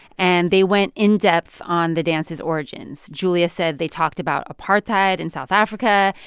and they went in-depth on the dance's origins. julia said they talked about apartheid in south africa.